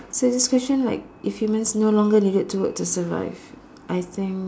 so this question like if humans no longer needed to work to survive I think